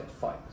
fight